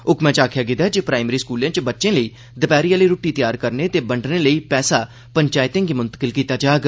हुक्मै च आक्खेआ गेदा ऐ जे प्राइमरी स्कूलें च बच्चें लेई दपैह्री आली रूट्टी त्यार करने ते बंड्डने लेई पैसा पंचैतें गी मुंतकिल कीता जाग